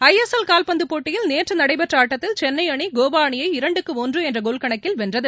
ISL காவ்பந்துப் போட்டியில் நேற்று நடைபெற்ற ஆட்டத்தில் சென்னை அணி கோவா அணியை இரண்டுக்கு ஒன்று என்ற கோல் கணக்கில் வென்றது